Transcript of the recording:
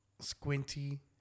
squinty